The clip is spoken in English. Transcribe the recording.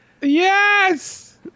Yes